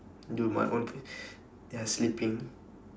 do my own ya sleeping